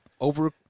over